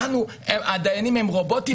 הדיינים הם רובוטים?